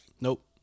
Nope